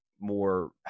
more